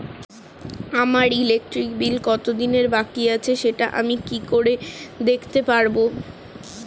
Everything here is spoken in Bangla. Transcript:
আমার ইলেকট্রিক বিল কত দিনের বাকি আছে সেটা আমি কি করে দেখতে পাবো?